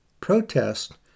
protest